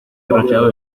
racheado